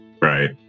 right